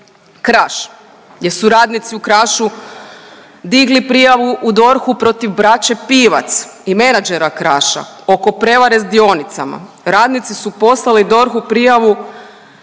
Kraš, jer su radnici u Krašu digli prijavu u DORH-u protiv braće Pivac i menadžera Kraša oko prevare sa dionicama. Radnici su poslali DORH-u prijavu,